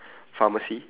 pharmacy